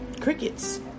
Crickets